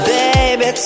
baby